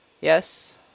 yes